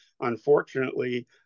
Unfortunately